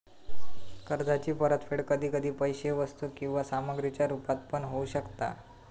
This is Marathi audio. कर्जाची परतफेड कधी कधी पैशे वस्तू किंवा सामग्रीच्या रुपात पण होऊ शकता